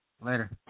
Later